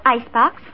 Icebox